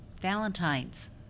Valentines